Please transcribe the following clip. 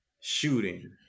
shooting